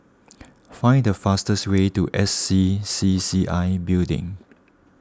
find the fastest way to S C C C I Building